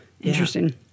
interesting